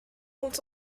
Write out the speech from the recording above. compte